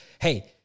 hey